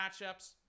matchups